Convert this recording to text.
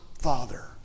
father